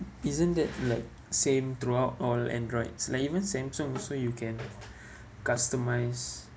isn't that like same throughout all androids like even Samsung also you can customise